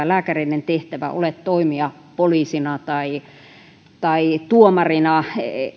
lääkäreiden tehtävä ole toimia poliisina tai tai tuomarina